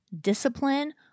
discipline